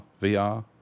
VR